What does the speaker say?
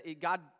God